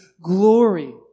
glory